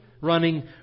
running